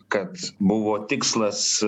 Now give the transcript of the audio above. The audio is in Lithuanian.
kad buvo tikslas